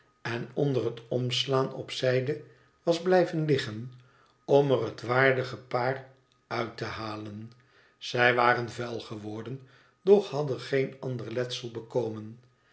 en onder het omslaan op zijde was blijven liggen om er het waardige paar uit te halen zij waren vuil geworden doch hadden geen ander letsel bekomen